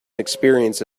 experience